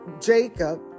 Jacob